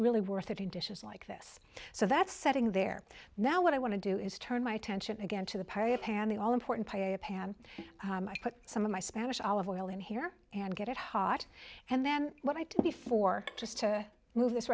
really worth it in dishes like this so that's setting there now what i want to do is turn my attention again to the pie a pan the all important pan i put some of my spanish olive oil in here and get it hot and then what i did before just to move this